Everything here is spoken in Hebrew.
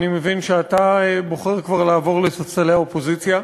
אני מבין שאתה בוחר כבר לעבור לספסלי האופוזיציה,